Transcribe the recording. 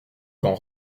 quand